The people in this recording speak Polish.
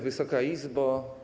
Wysoka Izbo!